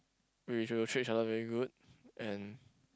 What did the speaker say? we should treat each other very good and